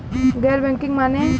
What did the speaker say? गैर बैंकिंग माने?